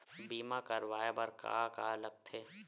बीमा करवाय बर का का लगथे?